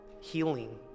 healing